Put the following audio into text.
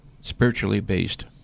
spiritually-based